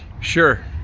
Sure